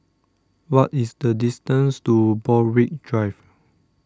what is the distance to Borthwick Drive